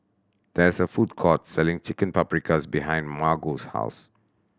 there is a food court selling Chicken Paprikas behind Margo's house